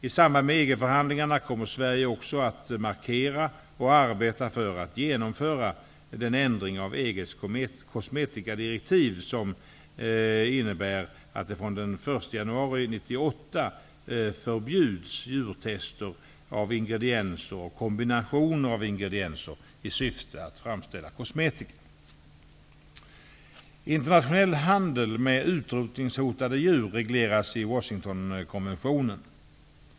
I samband med EG förhandlingarna kommer Sverige också att markera och arbeta för att genomföra den ändring av EG:s kosmetikadirektiv som innebär att den 1 januari Internationell handel med utrotningshotade djur regleras i Washingtonkonventionen.